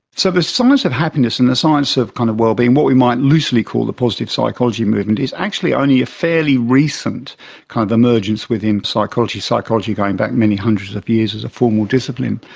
so the science of happiness and the science of kind of wellbeing, what we might loosely call the positive psychology movement, is actually only a fairly recent kind of emergence within psychology, psychology going back many hundreds of years as a formal discipline.